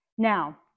Now